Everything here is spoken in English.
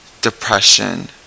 depression